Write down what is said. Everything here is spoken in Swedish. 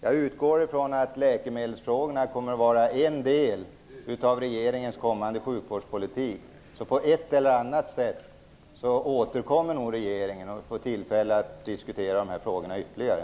Jag utgår från att läkemedelsfrågorna kommer att vara en del av regeringens kommande sjukvårdspolitik. På ett eller annat sätt återkommer nog regeringen och vi får tillfälle att diskutera dessa frågor ytterligare.